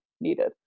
needed